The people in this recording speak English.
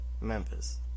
Memphis